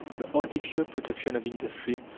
the artificial protection of industry,